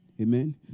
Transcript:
Amen